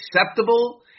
acceptable